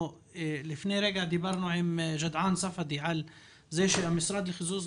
לפני רגע דיברנו עם גדעאן ספדי על כך שהמשרד לחיזוק